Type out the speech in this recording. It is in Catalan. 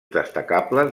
destacables